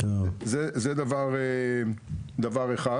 זה דבר אחד.